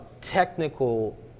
technical